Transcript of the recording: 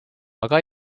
aga